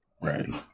Right